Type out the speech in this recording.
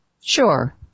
Sure